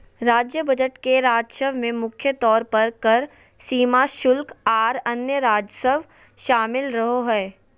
राज्य बजट के राजस्व में मुख्य तौर पर कर, सीमा शुल्क, आर अन्य राजस्व शामिल रहो हय